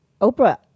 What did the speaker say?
Oprah